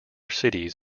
cities